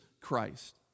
Christ